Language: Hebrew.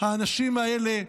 האנשים האלה,